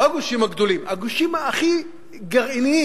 לא הגושים הגדולים, הגושים הכי גרעיניים,